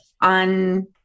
on